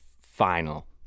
final